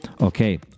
Okay